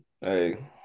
Hey